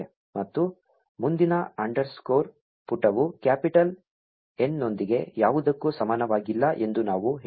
ಮತ್ತು ಮುಂದಿನ ಅಂಡರ್ಸ್ಕೋರ್ ಪುಟವು ಕ್ಯಾಪಿಟಲ್ ಎನ್ನೊಂದಿಗೆ ಯಾವುದಕ್ಕೂ ಸಮಾನವಾಗಿಲ್ಲ ಎಂದು ನಾವು ಹೇಳುತ್ತೇವೆ